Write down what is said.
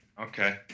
okay